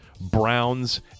Browns